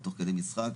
ותוך כדי משחק,